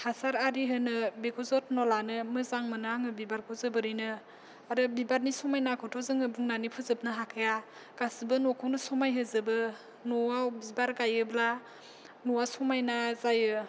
हासार आरि होनो बिखौ जथन लानो मोजां मोनो आङो बिबारखौ जोबोरैनो आरो बिबारनि समायनाखौथ' जोङो बुंनानै फोजोबनो हाखाया गासिबो नखौनो समाय होजोबो न'आव बिबार गायोब्ला न'आ समायना जायो